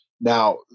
Now